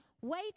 wait